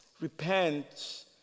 Repent